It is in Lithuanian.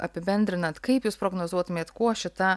apibendrinant kaip jūs prognozuotumėt kuo šita